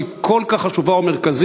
שהיא כל כך חשובה ומרכזית,